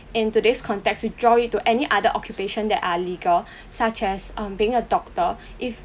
in today's context we draw it to any other occupation that are legal such as um being a doctor if